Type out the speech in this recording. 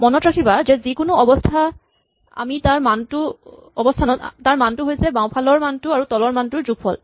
মনত ৰাখিবা যে যিকোনো অৱস্হানত তাৰ মানটো হৈছে বাওঁফালৰ মানটো আৰু তলৰ মানটোৰ যোগফল